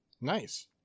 Nice